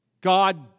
God